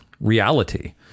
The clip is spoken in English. reality